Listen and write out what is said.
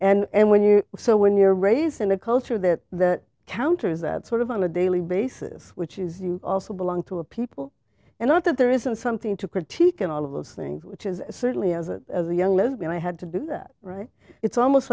know and when you're so when you're raised in a culture that that counters that sort of on a daily basis which is you also belong to a people and not that there isn't something to critique and all of those things which is certainly as a as a young lesbian i had to do that right it's almost